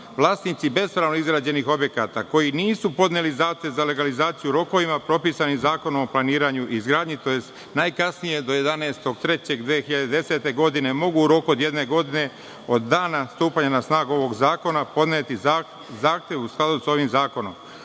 vlasnici bespravno izgrađenih objekata koji nisu podneli zahtev za legalizaciju u rokovima propisanim Zakonom o planiranju i izgradnji, to je najkasnije do 11.3.2010. godine, mogu u roku od jedne godine od dana stupanja na snagu ovog zakona podneti zahtev u skladu sa ovim zakonom. Uprkos